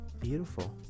beautiful